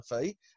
fee